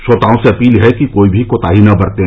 श्रोताओं से अपील है कि कोई भी कोताही न बरतें